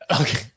Okay